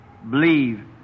Believe